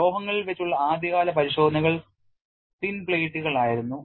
ലോഹങ്ങളിൽ വെച്ചുള്ള ആദ്യകാല പരിശോധനകൾ നേർത്ത പ്ലേറ്റുകൾ ആയിരുന്നു